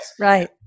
right